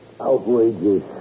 outrageous